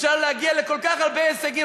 אפשר להגיע לכל כך הרבה הישגים.